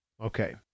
okay